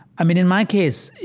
i mean, in my case,